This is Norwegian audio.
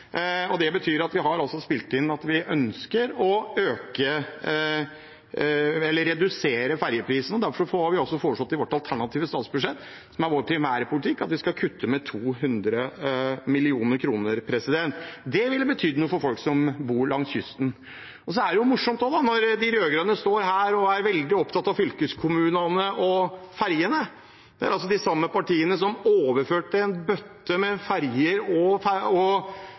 Vi har bl.a. spilt inn at vi ønsker å redusere ferjeprisene, derfor har vi også foreslått i vårt alternative statsbudsjett, som er vår primærpolitikk, at vi skal kutte med 200 mill. kr. Det ville ha betydd noe for folk som bor langs kysten. Det er også morsomt når de rød-grønne står her og er veldig opptatt av fylkeskommunene og ferjene. Dette er altså de samme partiene som overførte en bøtte med ferjer og veistrekninger fra staten og